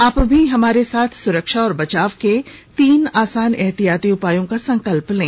आप भी हमारे साथ सुरक्षा और बचाव के तीन आसान एहतियाती उपायों का संकल्प लें